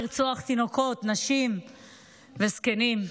לרצוח תינוקות, נשים וזקנים.